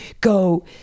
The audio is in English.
go